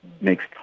makes